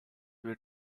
were